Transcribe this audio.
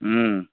ହୁଁ